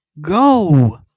Go